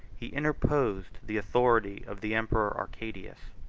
he interposed the authority of the emperor arcadius.